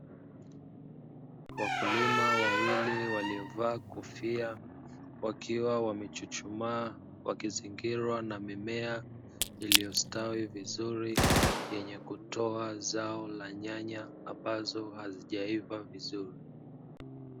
wakulima wawili waliovaa kofia, wakiwa wamechuchumaa wakizingilwa na mimea iliyostawi vizuri yenye kutoa zao la nyanya ambazo hazijaiva vizuri.